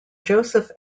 joseph